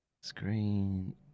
Screen